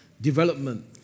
development